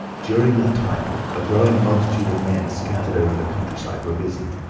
during that time a growing multitude of men scattered over the countryside were busy.